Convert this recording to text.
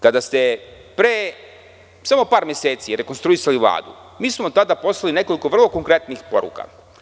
Kada ste pre samo par meseci rekonstruisali Vladu, mi smo vam tada poslali nekoliko vrlo konkretnih poruka.